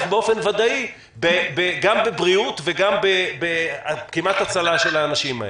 באופן ודאי גם בבריאות וגם בכמעט הצלה של האנשים האלה.